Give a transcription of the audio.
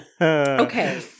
okay